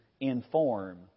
inform